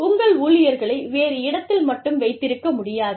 உங்கள் ஊழியர்களை வேறு இடத்தில் மட்டும் வைத்திருக்க முடியாது